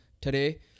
today